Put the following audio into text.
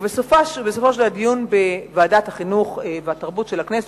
בסופו של הדיון בוועדת החינוך והתרבות של הכנסת,